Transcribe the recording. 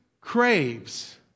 craves